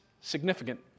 significant